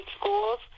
schools